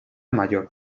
mayor